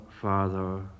father